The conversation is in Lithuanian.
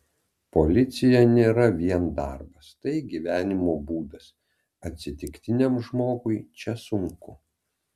policija nėra vien darbas tai gyvenimo būdas atsitiktiniam žmogui čia sunku